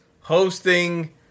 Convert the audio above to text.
hosting